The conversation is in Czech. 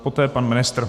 Poté pan ministr.